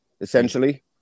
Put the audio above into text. essentially